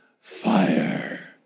Fire